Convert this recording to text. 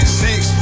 six